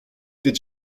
did